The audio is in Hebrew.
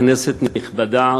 כנסת נכבדה,